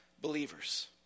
believers